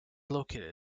located